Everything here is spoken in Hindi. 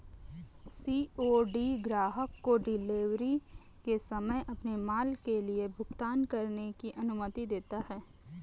सी.ओ.डी ग्राहक को डिलीवरी के समय अपने माल के लिए भुगतान करने की अनुमति देता है